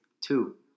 two